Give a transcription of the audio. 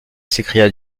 s’écria